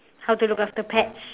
how to look after pets